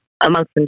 amongst